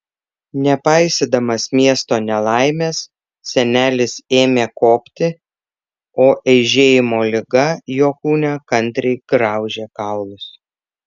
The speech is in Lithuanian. nepaisydamas miesto nelaimės senelis ėmė kopti o eižėjimo liga jo kūne kantriai graužė kaulus